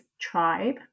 Tribe